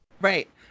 Right